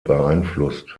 beeinflusst